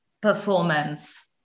performance